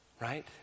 Right